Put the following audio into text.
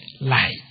light